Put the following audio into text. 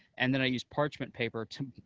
and then i use parchment paper to